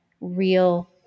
real